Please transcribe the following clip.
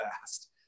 fast